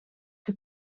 que